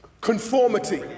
Conformity